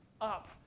up